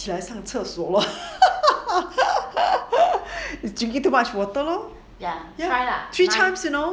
起来上厕所 drink too much water ya three times you know